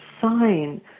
sign